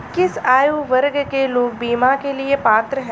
किस आयु वर्ग के लोग बीमा के लिए पात्र हैं?